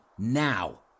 Now